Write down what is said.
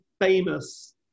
famous